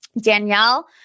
Danielle